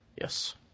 Yes